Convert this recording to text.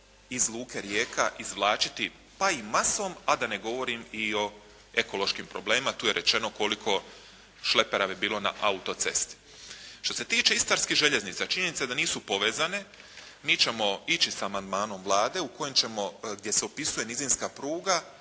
iz Luke Rijeka izvlačiti pa i masom, a da ne govorim i o ekološkim problemima. Tu je rečeno koliko šlepera bi bilo na autocesti. Što se tiče istarskih željeznica, činjenica da nisu povezane, mi ćemo ići sa amandmanom Vlade u kojem ćemo gdje se opisuje nizinska pruga